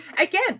again